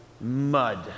mud